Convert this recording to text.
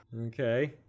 Okay